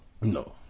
No